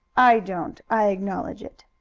i don't i acknowledge it.